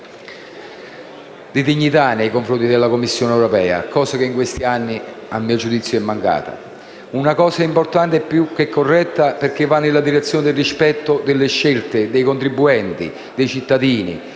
di dignità nei confronti della Commissione europea, cosa che in questi anni, a mio giudizio, è mancata. Una cosa importante e più che corretta, perché va nella direzione del rispetto delle scelte dei cittadini